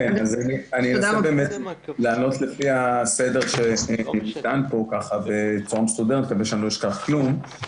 אני אנסה לענות לפי הסדר כדי שאני לא אשכח כלום.